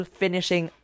finishing